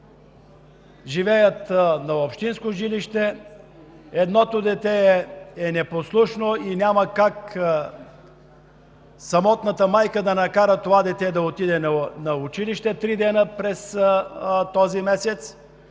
живеят в общинско жилище. Едното дете е непослушно и няма как самотната майка да накара това дете да отиде на училище три дни през този месец.